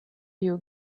you